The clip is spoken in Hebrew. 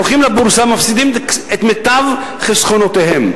הולכים לבורסה, מפסידים את מיטב חסכונותיהם.